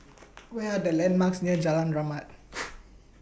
Where Are The landmarks near Jalan Rahmat